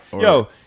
Yo